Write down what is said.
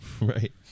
Right